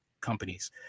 companies